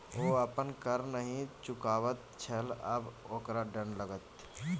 ओ अपन कर नहि चुकाबैत छल आब ओकरा दण्ड लागतै